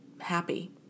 happy